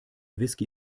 whisky